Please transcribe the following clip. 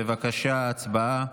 בבקשה, הצבעה.